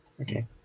okay